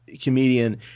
comedian